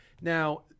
Now